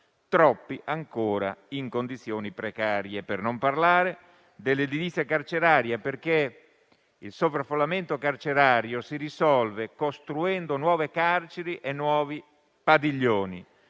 (troppi ancora in condizioni precarie). Per non parlare dell'edilizia carceraria, perché il sovraffollamento carcerario si risolve costruendo nuove carceri e nuovi padiglioni,